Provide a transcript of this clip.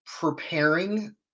preparing